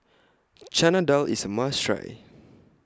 Chana Dal IS A must Try